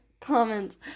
comments